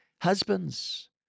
Husbands